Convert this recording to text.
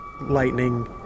lightning